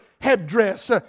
headdress